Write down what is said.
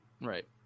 Right